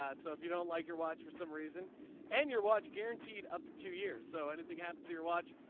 ah so if you don't like your watch for some reason and your watch guaranteed up to two years. so anything happens to your watch.